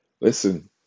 Listen